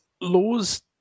Laws